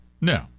No